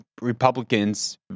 Republicans